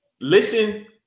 Listen